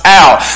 out